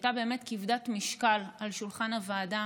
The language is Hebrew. שהייתה באמת כבדת משקל על שולחן הוועדה